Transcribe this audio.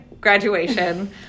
graduation